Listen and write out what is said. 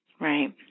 right